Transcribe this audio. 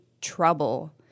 trouble